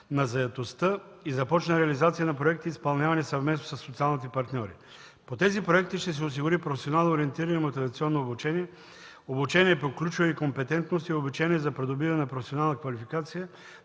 на заетостта и започна реализация на проекти, изпълнявани съвместно със социалните партньори. По тези проекти ще се осигури професионално ориентиране и мотивационно обучение, обучение по ключови компетентности и обучение за придобиване на професионална квалификация